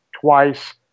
twice